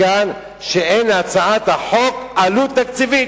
מכאן שאין להצעת החוק עלות תקציבית,